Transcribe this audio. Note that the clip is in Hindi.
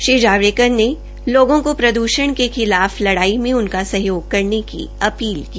श्री जावड़ेकर ने लोगों को प्रदूषण के खिलाफ लड़ाई में उनका सहयोग करने की अपील की